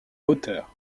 hauteur